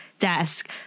desk